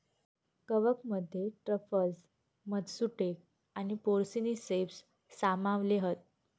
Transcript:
कवकमध्ये truffles, matsutake आणि porcini ceps सामावले हत